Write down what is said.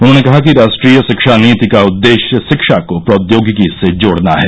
उन्होंने कहा कि राष्ट्रीय शिक्षा नीति का उद्देश्य शिक्षा को प्रौद्योगिकी से जोडना है